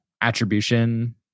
attribution